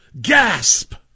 Gasp